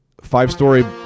five-story